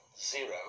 zero